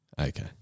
Okay